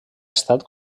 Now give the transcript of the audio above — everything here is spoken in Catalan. estat